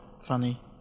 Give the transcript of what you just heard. funny